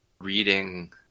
reading